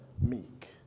meek